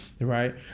right